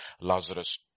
Lazarus